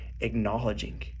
acknowledging